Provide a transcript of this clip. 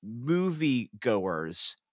moviegoers